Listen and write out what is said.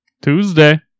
Tuesday